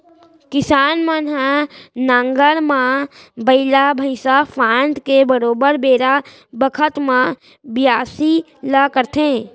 किसान मन ह नांगर म बइला भईंसा फांद के बरोबर बेरा बखत म बियासी ल करथे